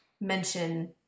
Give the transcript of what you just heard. mention